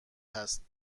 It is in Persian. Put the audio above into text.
هست